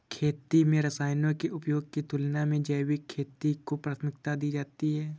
खेती में रसायनों के उपयोग की तुलना में जैविक खेती को प्राथमिकता दी जाती है